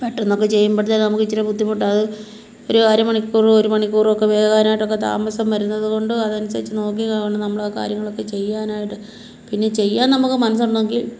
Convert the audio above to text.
പെട്ടെന്നൊക്കെ ചെയ്യുമ്പഴ്ത്തേന് നമുക്ക് ഇച്ചിരി ബുദ്ധിമുട്ടാകും ഒരു അര മണിക്കൂർ ഒരു മണിക്കൂറുവൊക്കെ വേകാനായിട്ടൊക്കെ താമസം വരുന്നത് കൊണ്ട് അതനുസരിച്ച് നോക്കീം കണ്ട് നമ്മൾ ആ കാര്യങ്ങളൊക്കെ ചെയ്യാനായിട്ട് പിന്നെ ചെയ്യാൻ നമുക്ക് മനസ്സുണ്ടെങ്കിൽ